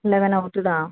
eleven అవుతుందా